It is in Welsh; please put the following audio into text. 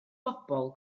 bobl